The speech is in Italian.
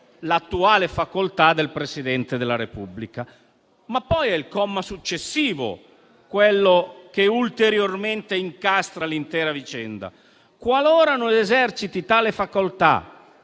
l'attuale facoltà del Presidente della Repubblica. È poi il comma successivo quello che ulteriormente incastra l'intera vicenda: qualora non eserciti tale facoltà